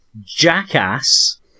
jackass